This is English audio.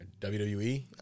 WWE